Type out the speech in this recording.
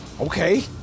okay